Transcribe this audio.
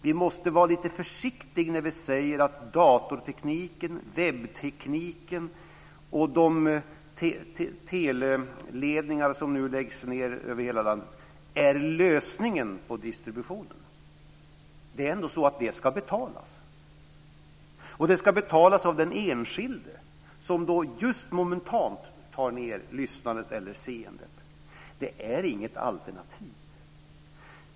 Vi måste vara lite försiktiga när vi säger att datortekniken, webbtekniken, och de teleledningar som nu grävs ned över hela landet, är lösningen på problemet med distributionen. Detta ska ju ändå betalas. Det ska betalas av den enskilde, som momentant tar ned lyssnandet eller seendet. Det är inget alternativ.